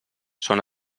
són